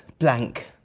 blank.